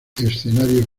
escenario